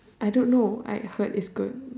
I don't know I heard it's good